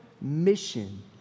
mission